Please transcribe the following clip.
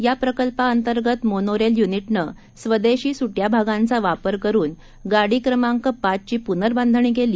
याप्रकल्पाअंतर्गतमोनोरेलयुनिटनंस्वदेशीसुट्टयाभागांचावापरकरूनगाडीक्रमांक पाचचीप्नर्बाधणीकेली